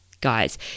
guys